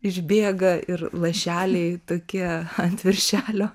išbėga ir lašeliai tokie ant viršelio